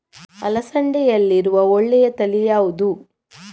ಅಲಸಂದೆಯಲ್ಲಿರುವ ಒಳ್ಳೆಯ ತಳಿ ಯಾವ್ದು?